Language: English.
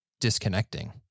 disconnecting